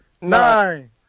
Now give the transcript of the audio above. nine